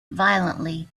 violently